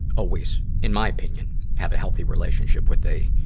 always, in my opinion have a healthy relationship with a,